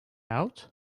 out